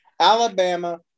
Alabama